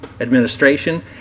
administration